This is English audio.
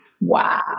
Wow